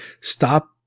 stop